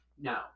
No